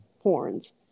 horns